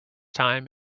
time